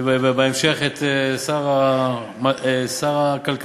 ובהמשך את שר הכלכלה